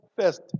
first